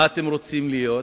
מה אתם רוצים להיות,